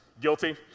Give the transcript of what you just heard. Guilty